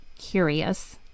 curious